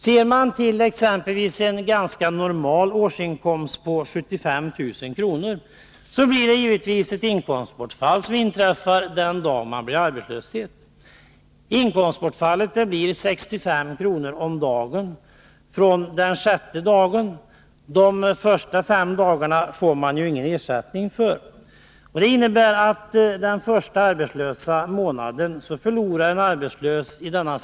Vid exempelvis en ganska normal årsinkomst av 75 000 kr. blir det givetvis ett inkomstbortfall den dag man blir arbetslös. Inkomstbortfallet blir 65 kr. om dagen från den sjätte dagen — de första fem dagarna får man ju ingen ersättning för. Det innebär att en arbetslös i denna situation, med 75 000 kr.